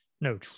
no